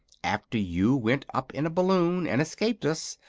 after you went up in a balloon, and escaped us,